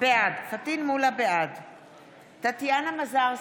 בעד טטיאנה מזרסקי,